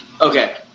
Okay